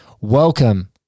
Welcome